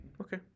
Okay